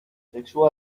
sexua